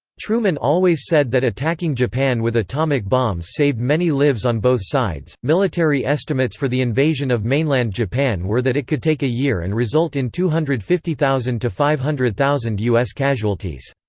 truman always said that attacking japan with atomic bombs saved many lives on both sides military estimates for the invasion of mainland japan were that it could take a year and result in two hundred and fifty thousand to five hundred thousand u s. casualties.